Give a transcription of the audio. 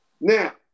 Now